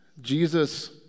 Jesus